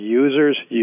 users